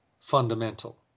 fundamental